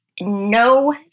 No